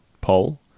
poll